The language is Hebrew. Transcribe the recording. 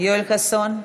יואל חסון,